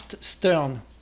stern